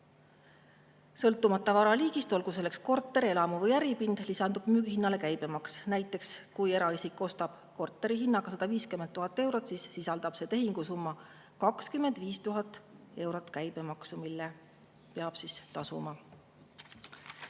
Sõltumata vara liigist, olgu selleks korterelamu või äripind, lisandub müügihinnale käibemaks. Näiteks, kui eraisik ostab korteri hinnaga 150 000 eurot, siis sisaldab see tehingusumma 25 000 eurot käibemaksu, mille peab tasuma.